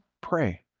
Pray